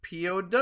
POW